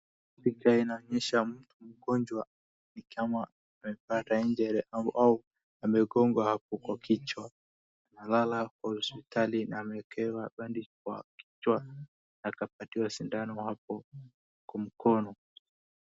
Mgonjwa amepata injury au amegongwa hapo kwa kichwa. Analala kwa hospitali na anaekewa bandage kwa kichwa na akapatiwa sindano hapo kwa mkono.